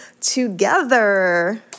together